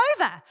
over